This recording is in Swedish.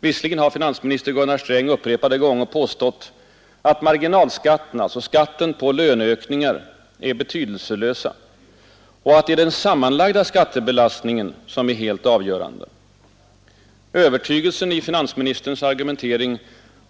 Visserligen har finansminister Gunnar Sträng upprepade gånger påstått, att marginalskatten — skatten på löneökningar — är betydelselös och att det är den sammanlagda skattebelastningen som är helt avgörande. Övertygelsen i finansministerns argumentering